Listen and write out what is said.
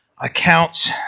accounts